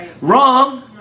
wrong